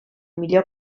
millor